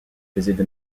faisaient